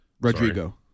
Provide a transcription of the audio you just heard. Rodrigo